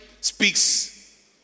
speaks